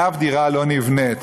ואף דירה לא נבנית.